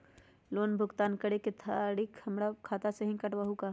Loan भुगतान करे के खातिर पैसा हमर खाता में से ही काटबहु का?